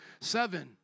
Seven